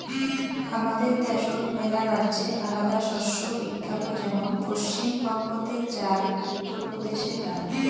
হামাদের দ্যাশোত মেলারাজ্যে আলাদা শস্য বিখ্যাত যেমন পশ্চিম বঙ্গতে চাল, উত্তর প্রদেশে ডাল